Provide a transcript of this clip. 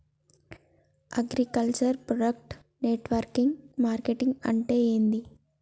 Agriculture product network marketing అంటే ఏంది?